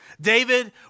David